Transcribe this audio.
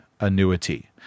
annuity